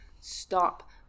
stop